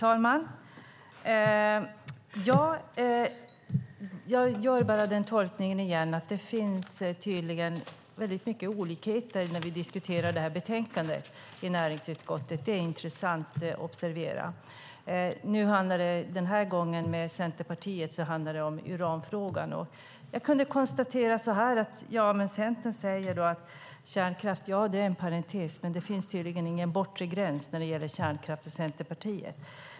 Fru talman! Jag gör bara tolkningen igen att det tydligen finns många olikheter när vi diskuterar betänkandet i näringsutskottet. Det är intressant att observera. Den här gången handlar det om uranfrågan för Centerpartiet. Jag kan konstatera att Centern säger att kärnkraft är en parentes, men det finns tydligen ingen bortre gräns när det gäller kärnkraft för detta parti.